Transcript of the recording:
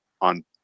on